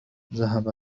ذهب